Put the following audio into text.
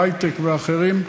ההיי-טק ואחרים.